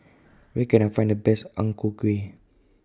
Where Can I Find The Best Ang Ku Kueh